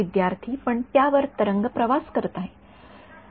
विद्यार्थी पण त्यावर तरंग प्रवास करत आहे